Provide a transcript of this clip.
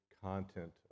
content